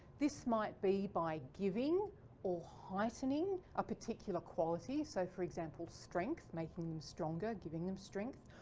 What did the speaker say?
this might be by giving or heightening a particular quality. so for example, strength making them stronger. giving them strength.